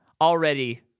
already